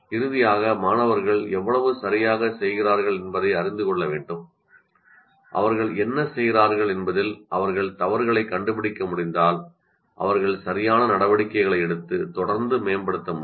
இறுதியாக மாணவர்கள் எவ்வளவு சரியாகச் செய்கிறார்கள் என்பதை அறிந்து கொள்ள வேண்டும் அவர்கள் என்ன செய்கிறார்கள் என்பதில் அவர்கள் தவறுகளைக் கண்டுபிடிக்க முடிந்தால் அவர்கள் சரியான நடவடிக்கைகளை எடுத்து தொடர்ந்து மேம்படுத்த முடியும்